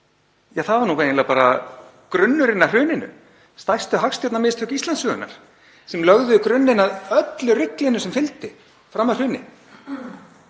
og var eiginlega bara grunnurinn að hruninu; stærstu hagstjórnarmistök Íslandssögunnar sem lögðu grunninn að öllu ruglinu sem fylgdi fram að hruni.